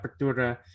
Apertura